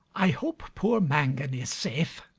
i hope poor mangan is safe.